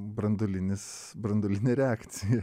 branduolinis branduolinė reakcija